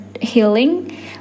Healing